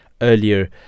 earlier